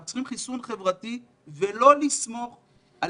אנחנו צריכים חיסון חברתי ולא לסמוך על